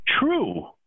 true